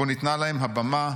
שבו ניתנה להם הבמה.